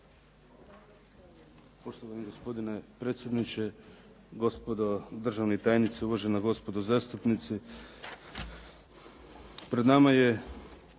Poštovani gospodine predsjedniče, gospodo državni tajnici, uvažena gospodo zastupnici. Pred nama je